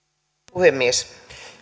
puhemies